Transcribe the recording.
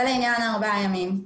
זה לעניין ארבעת הימים.